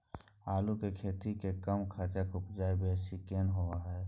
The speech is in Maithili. आलू के खेती में कम खर्च में उपजा बेसी केना होय है?